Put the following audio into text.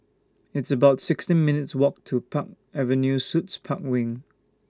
It's about sixteen minutes' Walk to Park Avenue Suites Park Wing